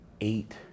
eight